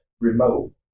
remote